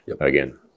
Again